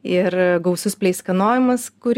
ir gausus pleiskanojimas kur